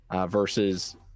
versus